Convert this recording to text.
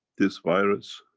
this virus